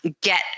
get